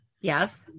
yes